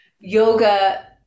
yoga